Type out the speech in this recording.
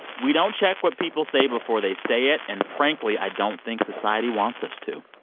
we don't check what people say before they say it. and frankly, i don't think society wants us to.